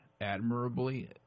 admirably